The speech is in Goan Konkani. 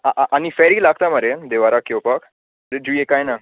आनी फॅरी लागता मरे दिवाराक येवपाक थंय जियी कांय ना